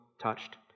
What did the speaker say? touched